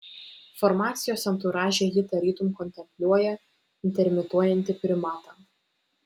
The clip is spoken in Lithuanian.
formacijos anturaže ji tarytum kontempliuoja intermituojantį primatą